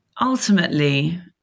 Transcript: Ultimately